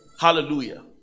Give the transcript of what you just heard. Hallelujah